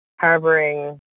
harboring